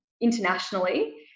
internationally